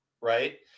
Right